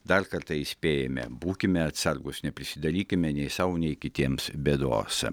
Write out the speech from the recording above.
dar kartą įspėjame būkime atsargūs neprisidarykime nei sau nei kitiems bėdos